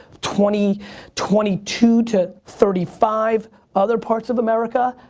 twenty twenty two to thirty five other parts of america.